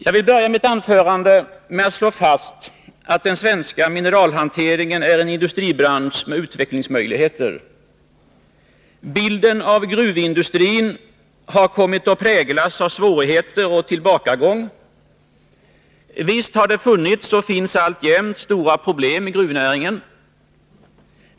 Jag vill börja mitt anförande med att slå fast att den svenska mineralhanteringen är en bransch med utvecklingsmöjligheter. Bilden av gruvindustrin har kommit att präglas av svårigheter och tillbakagång. Och visst har det funnits — och finns alltjämt — stora problem i gruvnäringen.